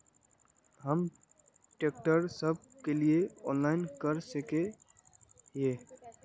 हम ट्रैक्टर सब के लिए ऑनलाइन कर सके हिये?